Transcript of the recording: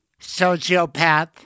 Sociopath